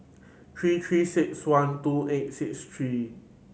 three Three Six One two eight six three